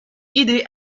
idée